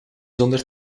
zonder